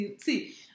see